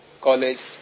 college